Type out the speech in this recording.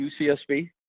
UCSB